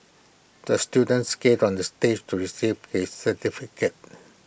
the student skated on the stage to receive his certificate